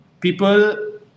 people